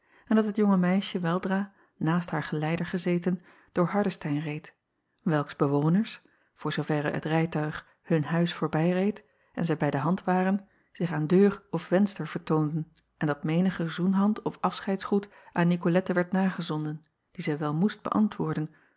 en dat het jonge meisje weldra naast haar geleider gezeten door ardestein reed welks bewoners voor zooverre het rijtuig hun huis voorbijreed en zij bij de hand waren zich aan deur of venster vertoonden en dat menige zoenhand of afscheidsgroet aan icolette werd nagezonden die zij wel moest beäntwoorden